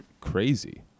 crazy